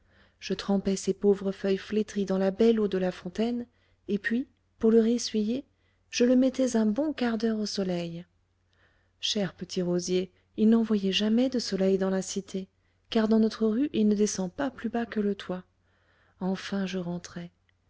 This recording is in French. je trempais ses pauvres feuilles flétries dans la belle eau de la fontaine et puis pour le ressuyer je le mettais un bon quart d'heure au soleil cher petit rosier il n'en voyait jamais de soleil dans la cité car dans notre rue il ne descend pas plus bas que le toit enfin je rentrais